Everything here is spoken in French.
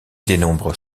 dénombre